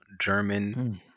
German